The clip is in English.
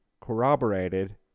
corroborated